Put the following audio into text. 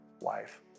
life